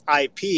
IP